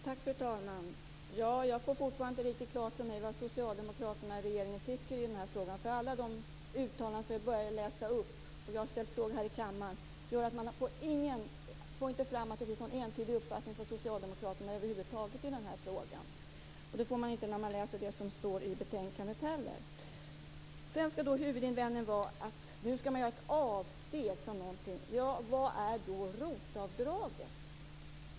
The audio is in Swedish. Fru talman! Jag har fortfarande inte riktigt klart för mig vad socialdemokraterna i regeringen tycker i frågan. Alla de uttalanden jag har läst upp - och jag har ställt frågor i kammaren - ger inte någon entydig uppfattning hos socialdemokraterna. Det får man inte heller när man läser vad som står i betänkandet. Huvudinvändningen är att det nu görs ett avsteg från någonting. Vad är då ROT-avdraget?